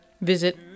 Visit